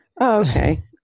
Okay